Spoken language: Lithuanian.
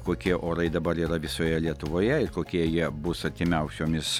kokie orai dabar yra visoje lietuvoje ir kokie jie bus artimiausiomis